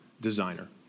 designer